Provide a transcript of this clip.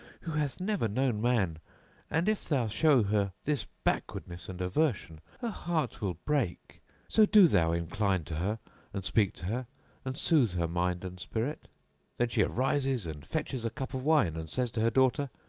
who hath never known man and if thou show her this backwardness and aversion, her heart will break so do thou incline to her and speak to her and soothe her mind and spirit then she rises and fetches a cup of wine and says to her daughter,